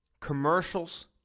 commercials